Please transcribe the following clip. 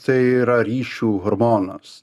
tai yra ryšių hormonas